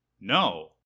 No